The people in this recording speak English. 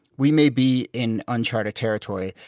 we may be in uncharted territory,